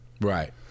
Right